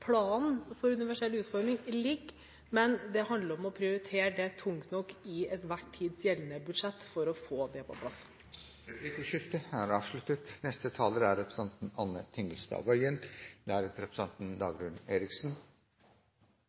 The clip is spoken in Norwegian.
Planen for universell utforming ligger der, men det handler om å prioritere det tungt nok i enhver tids gjeldende budsjett for å få det på plass. Replikkordskiftet er avsluttet. Navnet på stortingsmeldingen vi har til behandling i dag, er